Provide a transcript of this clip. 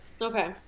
Okay